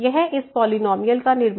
यह इस पॉलिनॉमियल का निर्माण था